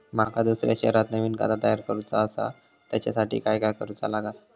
माका दुसऱ्या शहरात नवीन खाता तयार करूचा असा त्याच्यासाठी काय काय करू चा लागात?